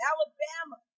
Alabama